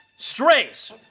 Strays